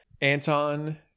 Anton